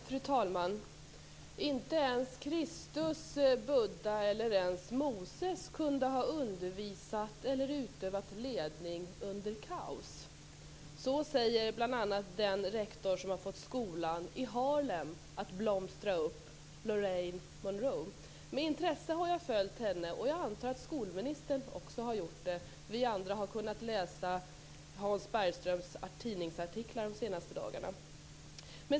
Fru talman! Inte ens Kristus, Buddha eller Moses kunde ha undervisat eller utövat ledning under kaos. Så säger bl.a. den rektor som har fått skolan i Harlem att blomstra upp, Lorraine Monroe. Med intresse har jag följt henne, och jag antar att också skolministern har gjort det. Vi andra har kunnat läsa Hans Bergströms tidningsartiklar de senaste dagarna.